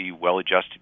well-adjusted